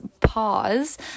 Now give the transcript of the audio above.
pause